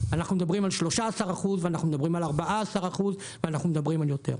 אנחנו מדברים על 13% ועל 14% ועל יותר.